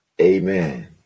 Amen